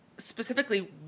specifically